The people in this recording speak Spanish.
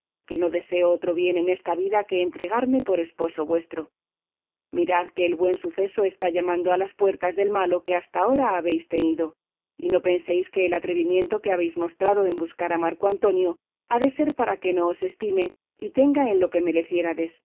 que no deseo otro bien en esta vida que entregarme por esposo vuestro mirad que el buen suceso está llamando a las puertas del malo que hasta ahora habéis tenido y no penséis que el atrevimiento que habéis mostrado en buscar a marco antonio ha de ser parte para que no os estime y tenga en lo que mereciérades si